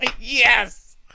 Yes